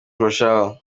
kurushaho